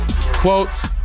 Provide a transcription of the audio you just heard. quotes